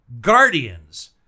Guardians